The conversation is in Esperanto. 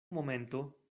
momento